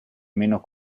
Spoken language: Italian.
meno